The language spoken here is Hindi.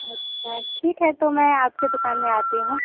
अच्छा ठीक है तो मैं आपकी दुकान में आती हूँ